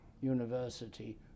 University